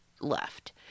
left